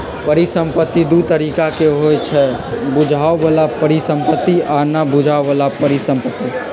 परिसंपत्ति दु तरिका के होइ छइ बुझाय बला परिसंपत्ति आ न बुझाए बला परिसंपत्ति